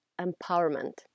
empowerment